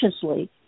consciously